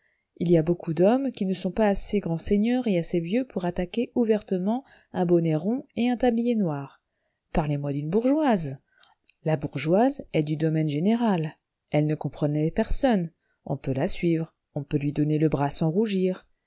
il y a beaucoup d'hommes qui ne sont pas assez grands seigneurs et assez vieux pour attaquer ouvertement un bonnet rond et un tablier noir parlez-moi d'une bourgeoise la bourgeoise est du domaine général elle ne compromet personne on peut la suivre on peut lui donner le bras sans rougir